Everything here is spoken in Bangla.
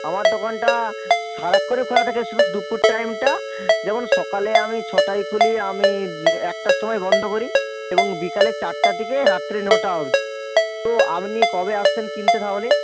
আমার দোকানটা সারাক্ষণই খোলা থাকে শুধু দুপুর টাইমটা যেমন সকালে আমি ছটায় খুলি আমি একটার সময় বন্ধ করি এবং বিকালে চারটা থেকে রাত্রে নটা অবধি তো আপনি কবে আসছেন কিনতে তাহলে